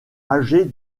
âgée